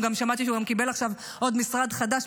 גם שמעתי שהוא קיבל עכשיו עוד משרד חדש,